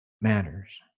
matters